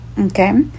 Okay